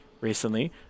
recently